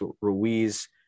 Ruiz